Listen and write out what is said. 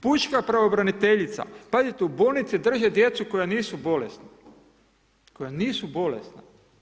Pučka pravobraniteljica, pazite u bolnici drže djecu koja nisu bolesna, koja nisu bolesna.